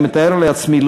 אני מתאר לעצמי,